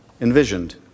envisioned